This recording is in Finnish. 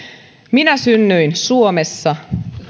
minä synnyin suomessa